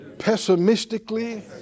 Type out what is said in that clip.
pessimistically